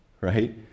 right